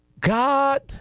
God